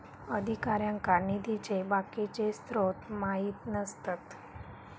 अधिकाऱ्यांका निधीचे बाकीचे स्त्रोत माहित नसतत